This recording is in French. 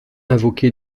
invoqué